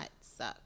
suck